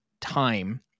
time